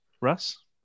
Russ